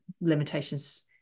limitations